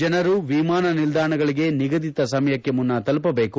ಜನರು ವಿಮಾನ ನಿಲ್ದಾಣಗಳಿಗೆ ನಿಗಧಿತ ಸಮಯಕ್ಕೆ ಮುನ್ನ ತಲುಪಬೇಕು